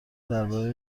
درباره